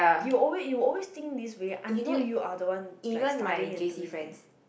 you will always you will always think this way until you are the one like studying and doing it